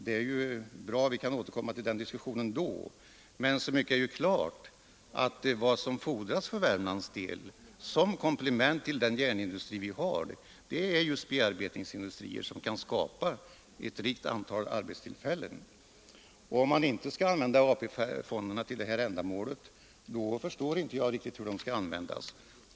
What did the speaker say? Det är bra att vi kan återkomma till den diskussionen, men så mycket är klart att vad som fordras för Värmland som komplement till den järnindustri som vi har är just bearbetningsindustrier som kan skapa ett rikt antal arbetstillfällen. Om man inte skall använda AP-fonderna för detta ändamål, förstår jag inte hur de skall användas.